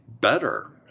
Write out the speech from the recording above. better